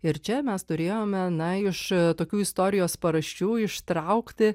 ir čia mes turėjome na iš tokių istorijos paraščių ištraukti